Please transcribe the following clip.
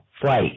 flight